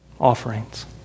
offerings